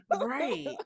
Right